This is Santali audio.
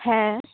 ᱦᱮᱸ